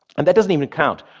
and that doesn't even count